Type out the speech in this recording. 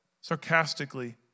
sarcastically